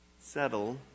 settle